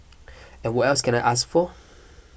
and what else can I ask for